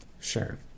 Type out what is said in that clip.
Sure